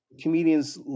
comedians